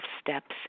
steps